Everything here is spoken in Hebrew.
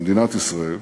במדינת ישראל,